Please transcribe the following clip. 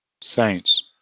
saints